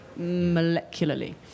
molecularly